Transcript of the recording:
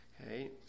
Okay